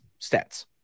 stats